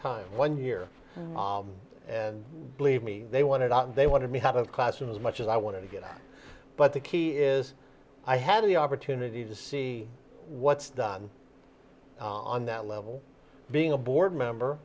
time one year and believe me they wanted out they wanted to have a classroom as much as i wanted to get but the key is i have the opportunity to see what's done on that level being a board member